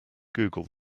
google